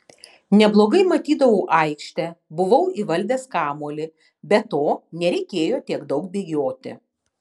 neblogai matydavau aikštę buvau įvaldęs kamuolį be to nereikėjo tiek daug bėgioti